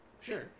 Sure